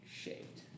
shaped